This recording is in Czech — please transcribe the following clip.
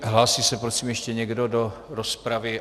Hlásí se prosím ještě někdo do rozpravy?